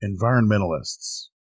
Environmentalists